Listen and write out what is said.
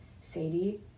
Sadie